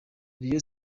rayon